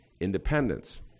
independence